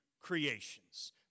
creations